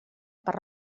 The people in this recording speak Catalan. per